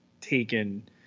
taken